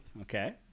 okay